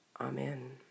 Amen